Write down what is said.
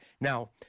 Now